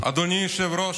אדוני היושב-ראש,